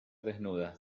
desnuda